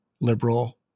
liberal